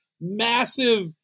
massive